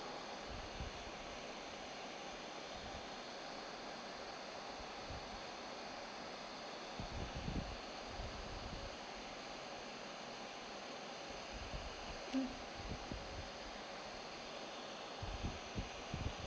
hmm